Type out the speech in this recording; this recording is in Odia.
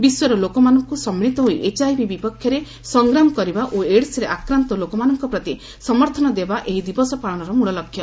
ବିଶ୍ୱର ଲୋକମାନଙ୍କୁ ସମ୍ମିଳିତ ହୋଇ ଏଚ୍ଆଇଭି ବିପକ୍ଷରେ ସଂଗ୍ରାମ କରିବା ଓ ଏଡ୍ସରେ ଆକ୍ରାନ୍ତ ଲୋକାମାନଙ୍କ ପ୍ରତି ସମର୍ଥନ ଦେବା ଏହି ଦିବସ ପାଳନର ମୃଳଲକ୍ଷ୍ୟ